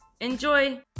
Enjoy